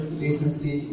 recently